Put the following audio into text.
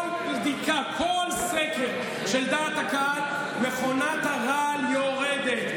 כל בדיקה, כל סקר של דעת הקהל, מכונת הרעל יורדת.